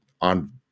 on